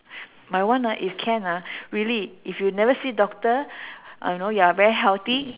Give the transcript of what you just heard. my one ah if can ah really if you never see doctor uh you know you're very healthy